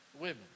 women